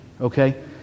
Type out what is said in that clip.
okay